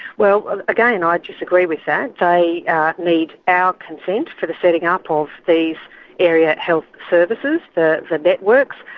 well well again and i disagree with that, they ah need our consent for the setting up of these area health services, the the networks.